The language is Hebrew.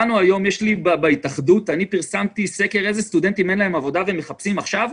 אני פרסמתי סקר לכמה סטודנטים אין עבודה והם מחפשים עכשיו.